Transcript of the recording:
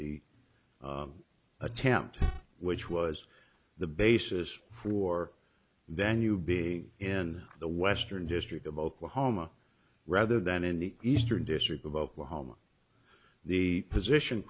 the attempt which was the basis for venue being in the western district of oklahoma rather than in the eastern district of oklahoma the position